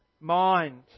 mind